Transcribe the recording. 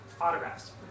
autographs